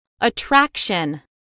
Attraction